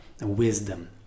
wisdom